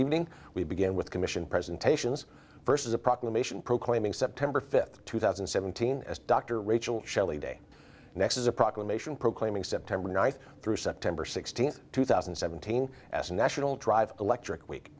evening we begin with commission presentations first as a proclamation proclaiming september fifth two thousand and seventeen as dr rachel shelley day next is a proclamation proclaiming september ninth through september sixteenth two thousand and seventeen as a national drive electric week